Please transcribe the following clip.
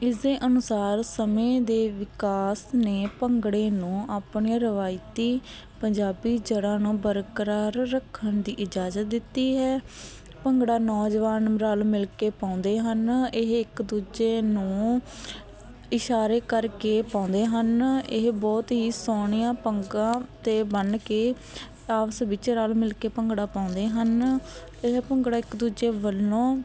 ਇਸ ਦੇ ਅਨੁਸਾਰ ਸਮੇਂ ਦੇ ਵਿਕਾਸ ਨੇ ਭੰਗੜੇ ਨੂੰ ਆਪਣੇ ਰਵਾਇਤੀ ਪੰਜਾਬੀ ਜੜ੍ਹਾਂ ਨੂੰ ਬਰਕਰਾਰ ਰੱਖਣ ਦੀ ਇਜਾਜ਼ਤ ਦਿੱਤੀ ਹੈ ਭੰਗੜਾ ਨੌਜਵਾਨ ਰਲ ਮਿਲ ਕੇ ਪਾਉਂਦੇ ਹਨ ਇਹ ਇੱਕ ਦੂਜੇ ਨੂੰ ਇਸ਼ਾਰੇ ਕਰਕੇ ਪਾਉਂਦੇ ਹਨ ਇਹ ਬਹੁਤ ਹੀ ਸੋਹਣੀਆਂ ਪੱਗਾਂ 'ਤੇ ਬੰਨ੍ਹ ਕੇ ਆਪਸ ਵਿੱਚ ਰਲ ਮਿਲ ਕੇ ਭੰਗੜਾ ਪਾਉਂਦੇ ਹਨ ਇਹ ਭੰਗੜਾ ਇੱਕ ਦੂਜੇ ਵੱਲੋਂ